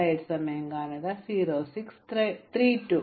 ഇത് കണക്കാക്കാനുള്ള ചിട്ടയായ മാർഗം